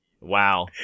Wow